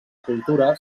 cultura